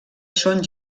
són